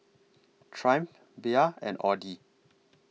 Triumph Bia and Audi